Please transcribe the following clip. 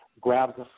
grabs